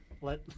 Let